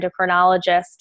endocrinologist